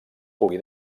pugui